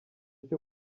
cyo